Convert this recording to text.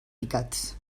picats